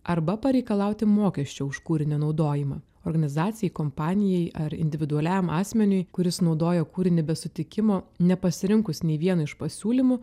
arba pareikalauti mokesčio už kūrinio naudojimą organizacijai kompanijai ar individualiam asmeniui kuris naudojo kūrinį be sutikimo nepasirinkus nei vieno iš pasiūlymų